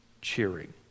cheering